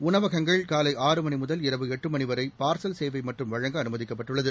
உணவகங்கள் காலை ஆறு மணி முதல் இரவு எட்டு மணி வரை பார்சல் சேவை மட்டும் வழங்க அனுமதிக்கப்பட்டுள்ளது